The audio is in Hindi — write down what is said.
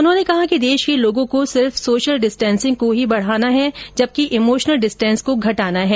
उन्होंने कहा कि देश के लोगों को सिर्फ सोशल डिस्टेसिंग को ही बढाना है जबकि इमोशनल डिस्टेंस को घटाना है